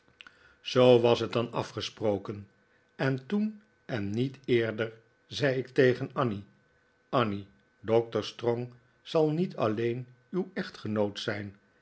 zoo was het dan afgesproken en toen en niet eerder zei ik tegen annie annie doctor strong zal niet alleen uw echtgenoot zijn